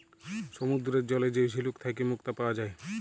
সমুদ্দুরের জলে যে ঝিলুক থ্যাইকে মুক্তা পাউয়া যায়